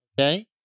Okay